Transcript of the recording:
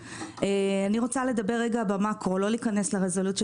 אני רוצה לדבר במקרו לא להיכנס לרזולוציות